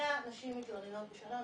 כ-100 נשים מתלוננות בשנה.